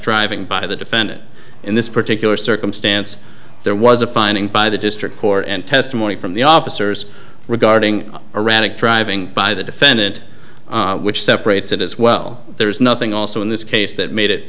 driving by the defendant in this particular circumstance there was a finding by the district court and testimony from the officers regarding erratic driving by the defendant which separates it as well there is nothing also in this case that made it